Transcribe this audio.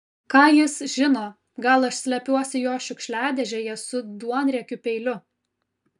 ką jis žino gal aš slepiuosi jo šiukšliadėžėje su duonriekiu peiliu